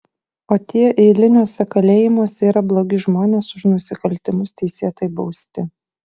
o tie eiliniuose kalėjimuose yra blogi žmonės už nusikaltimus teisėtai bausti